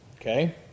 Okay